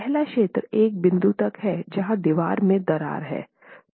पहला क्षेत्र एक बिंदु तक है जहां दीवार में दरार हैं